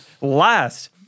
last